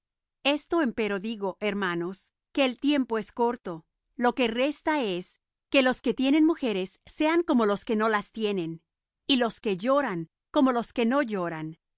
esto empero digo hermanos que el tiempo es corto lo que resta es que los que tienen mujeres sean como los que no las tienen y los que lloran como los que no lloran